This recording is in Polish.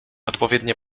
odpowiednie